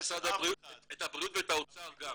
חייבים את הבריאות ואת האוצר גם.